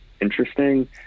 interesting